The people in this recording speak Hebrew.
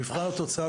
במבחן התוצאה,